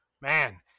Man